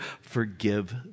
forgive